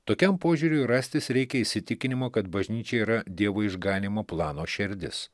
tokiam požiūriui rastis reikia įsitikinimo kad bažnyčia yra dievo išganymo plano šerdis